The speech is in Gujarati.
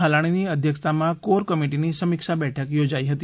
હાલાણીની અધ્યક્ષતામાં કોર કમિટીની સમીક્ષા બેઠક યોજાઇ હતી